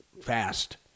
fast